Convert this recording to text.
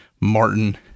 Martin